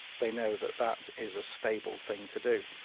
they know that that is a stable thing to do.